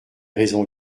raison